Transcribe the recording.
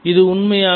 இது உண்மையா